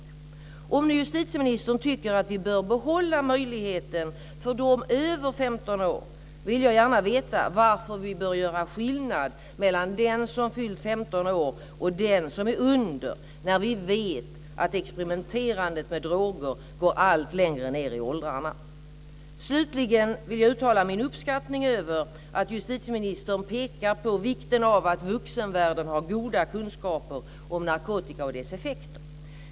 Om nu justitieministern tycker att vi bör behålla möjligheten för dem över 15 år så vill jag gärna veta varför vi bör göra skillnad mellan den som fyllt 15 år och den som är under, när vi vet att experimenterandet med droger går allt längre ned i åldrarna. Slutligen vill jag uttala min uppskattning över att justitieministern pekar på vikten av att vuxenvärlden har goda kunskaper om narkotika och dess effekter.